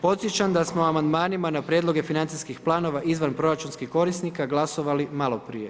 Podsjećam da smo amandmanima na prijedloge financijskih planova izvanproračunskih korisnika glasovali maloprije.